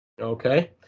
Okay